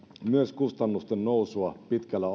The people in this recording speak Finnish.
myös kustannusten nousua pitkällä